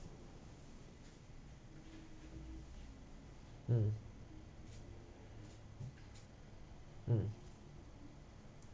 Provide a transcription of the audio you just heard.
mm mm